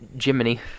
Jiminy